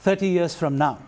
thirty years from now